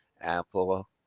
Apple